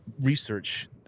research